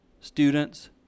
students